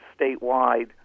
statewide